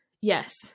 Yes